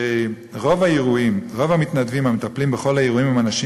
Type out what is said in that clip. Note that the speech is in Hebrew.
שרוב המתנדבים המטפלים בכל האירועים הם אנשים